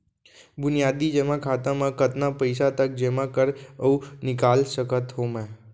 बुनियादी जेमा खाता म कतना पइसा तक जेमा कर अऊ निकाल सकत हो मैं?